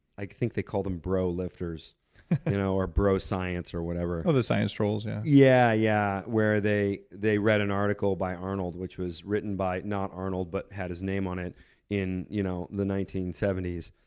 i think they call them bro lifters you know or bro science or whatever. oh, the science trolls, yeah. yeah, yeah, where they they read an article by arnold, which was written by not arnold, but had his name on it in you know the nineteen seventy s.